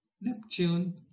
Neptune